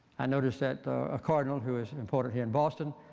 i noticed that a cardinal, who is important here in boston,